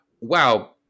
wow